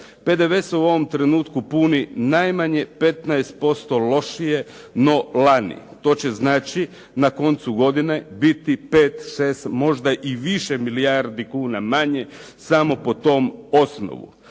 PDV se u ovom trenutku puni najmanje 15% lošije, no lani. To znači na koncu godine biti 5, 6 možda i više milijardi kuna manje samo po tom osnovu.